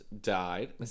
died